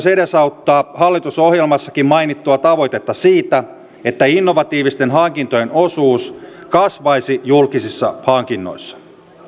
edesauttaa hallitusohjelmassakin mainittua tavoitetta siitä että innovatiivisten hankintojen osuus kasvaisi julkisissa hankinnoissa